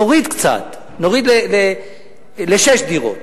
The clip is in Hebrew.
מדי, נוריד קצת, נוריד לשש דירות.